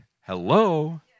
Hello